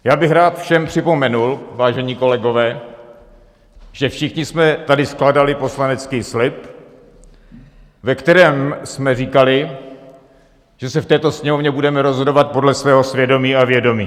Já bych rád všem připomenul, vážení kolegové, že všichni jsme tady skládali poslanecký slib, ve kterém jsme říkali, že se v této Sněmovně budeme rozhodovat podle svého svědomí a vědomí.